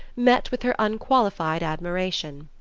met with her unqualified admiration.